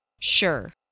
Sure